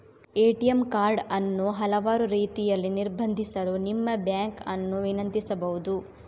ATM card ಅನ್ನು ಹಲವಾರು ರೀತಿಯಲ್ಲಿ ನಿರ್ಬಂಧಿಸಲು ನಿಮ್ಮ ಬ್ಯಾಂಕ್ ಅನ್ನು ವಿನಂತಿಸಬಹುದು